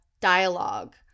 dialogue